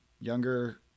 younger